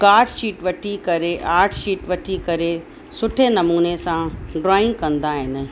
card sheet वठी करे art sheet वठी करे सुठे नमूने सां ड्रॉइंग कंदा आहिनि